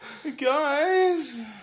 Guys